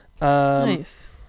Nice